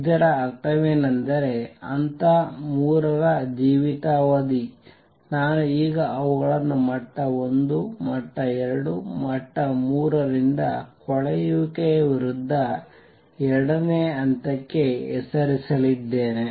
ಇದರ ಅರ್ಥವೇನೆಂದರೆ ಹಂತ 3 ರ ಜೀವಿತಾವಧಿ ನಾನು ಈಗ ಅವುಗಳನ್ನು ಮಟ್ಟ 1 ಮಟ್ಟ 2 ಮಟ್ಟ 3 ರಿಂದ ಕೊಳೆಯುವಿಕೆಯ ವಿರುದ್ಧ 2 ನೇ ಹಂತಕ್ಕೆ ಹೆಸರಿಸಲಿದ್ದೇನೆ